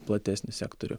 platesnį sektorių